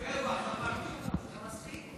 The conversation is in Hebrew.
שבע, ספרתי.